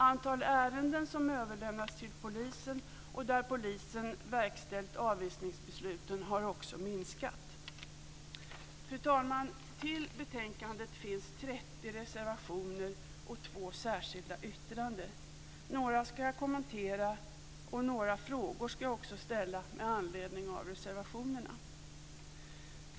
Antalet ärenden som har överlämnats till polisen och där polisen verkställt avvisningsbesluten har också minskat. Fru talman! Till betänkandet har fogats 30 reservationer och 2 särskilda yttranden. Jag ska kommentera några av dem, och jag ska också ställa några frågor med anledning av reservationerna.